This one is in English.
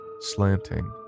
slanting